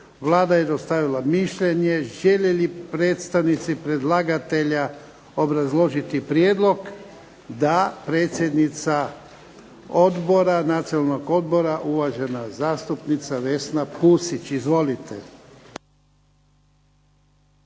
Vlada je dostavila mišljenje. Žele li predstavnici predlagatelja obrazložiti prijedlog? Da. Predsjednica Nacionalnog odbora, uvažena zastupnica Vesna Pusić. Izvolite.